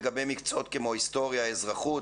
מקצועות כמו היסטוריה ואזרחות,